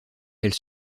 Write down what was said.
elle